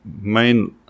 main